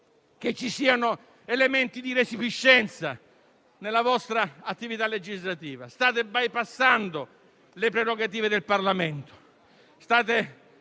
che ci siano elementi di resipiscenza nella vostra attività legislativa. State bypassando le prerogative del Parlamento;